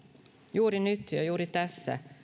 juuri nyt ja juuri tässä